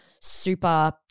super